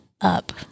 up